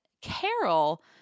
carol